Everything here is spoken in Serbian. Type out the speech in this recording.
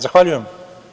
Zahvaljujem.